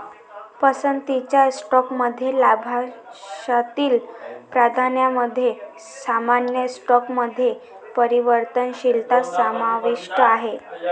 पसंतीच्या स्टॉकमध्ये लाभांशातील प्राधान्यामध्ये सामान्य स्टॉकमध्ये परिवर्तनशीलता समाविष्ट आहे